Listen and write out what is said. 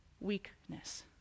weakness